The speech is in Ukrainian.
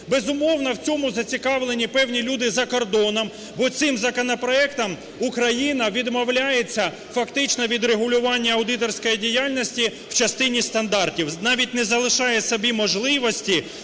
безумовно, в цьому зацікавлені певні люди за кордоном. Бо цим законопроектом Україна відмовляється фактично від регулювання аудиторської діяльності в частині стандартів, навіть не залишає собі можливості